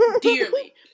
dearly